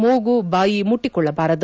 ಮೂಗು ಬಾಯಿ ಮುಟ್ಟಕೊಳ್ಳಬಾರದು